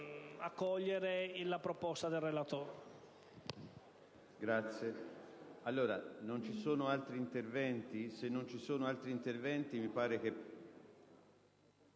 accogliere la proposta del relatore.